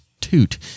toot